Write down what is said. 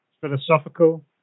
philosophical